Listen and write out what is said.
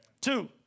Two